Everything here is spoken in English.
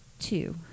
Two